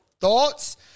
thoughts